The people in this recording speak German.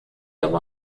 aber